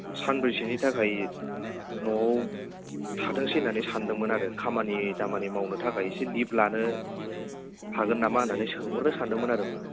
सानब्रैसोनि थाखाय न'आव थाथोंसै होननानै सान्दोंमोन आरो खामानि दामानि मावनो थाखाय इसे लिभ लानो हागोन नामा होननानै सोंहरनो सान्दोंमोन आरो मेम